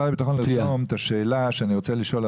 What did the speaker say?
הביטחון לרשום את השאלה שאני רוצה לשאול,